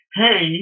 hey